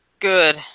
Good